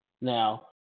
Now